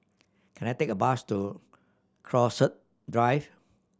can I take a bus to Drive